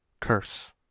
curse